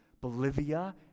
Bolivia